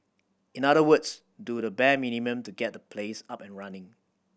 in other words do the bare minimum to get the place up and running